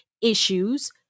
issues